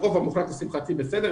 הרוב המוחלט, לשמחתי, בסדר.